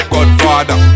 Godfather